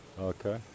Okay